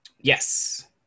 Yes